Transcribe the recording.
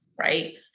Right